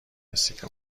رسیده